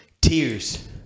Tears